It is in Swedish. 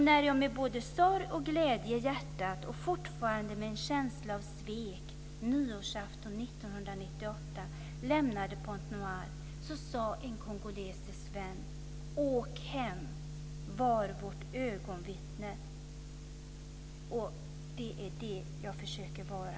När jag med både sorg och glädje i hjärtat, och fortfarande med en känsla av svek, nyårsafton 1998 lämnade Pointe-Noire, sa en kongolesisk vän: 'Åk hem! Var vårt ögonvittne!' Det är det jag försöker vara."